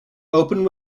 opened